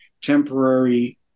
temporary